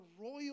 royal